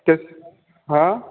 ठीक हाँ